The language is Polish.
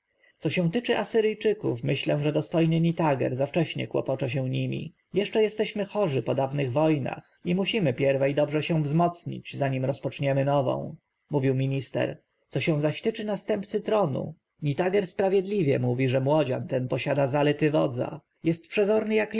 co się tycze asyryjczyków myślę że dostojny nitager za wcześnie kłopocze się nimi jeszcze jesteśmy chorzy po dawnych wojnach i musimy pierwej dobrze się wzmocnić zanim rozpoczniemy nową mówił minister co się zaś tycze następcy tronu nitager sprawiedliwie mówi że młodzian ten posiada zalety wodza jest przezorny